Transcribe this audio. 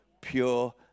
pure